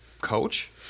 Coach